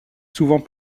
souvent